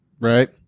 right